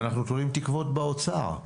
אנחנו תולים תקוות באוצר.